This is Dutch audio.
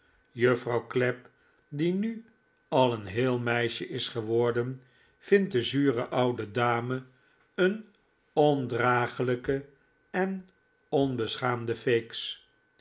juffrouw clapp die nu al een heel meisje is geworden vind de zure oude dame een ondragelijke en